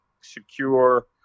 secure